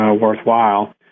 worthwhile